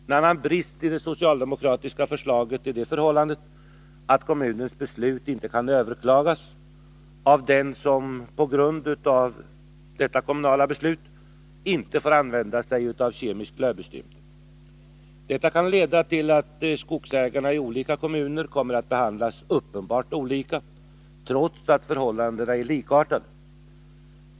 En annan brist i det socialdemokratiska förslaget är det förhållandet att kommunens beslut inte kan överklagas av den som på grund av detta kommunala beslut inte får använda sig av kemisk lövslybekämpning. Detta kan leda till att skogsägarna i olika kommuner kommer att behandlas uppenbart olika trots att förhållandena är likartade.